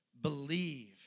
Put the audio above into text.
Believe